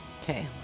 Okay